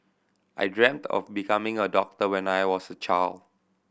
I dreamt of becoming a doctor when I was a child